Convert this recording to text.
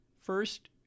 first